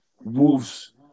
Wolves